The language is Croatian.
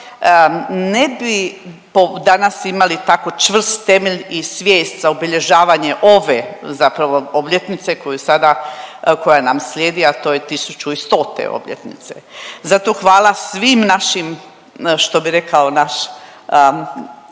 ne bi danas imali tako čvrst temelj i svijest za obilježavanje ove zapravo obljetnice koju sada, koja nam slijedi, a to je 1100 obljetnice. Zato hvala svim našim što bi rekao naš,